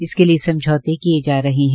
इसके लिए समझौते किए जा रहे हैं